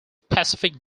pacific